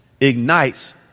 ignites